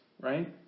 right